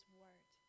word